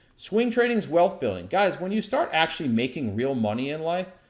swing trading is wealth building. guys, when you start actually making real money in life,